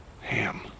Ham